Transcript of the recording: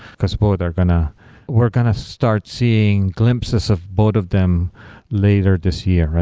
because both are going to we're going to start seeing glimpses of both of them later this year.